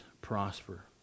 prosper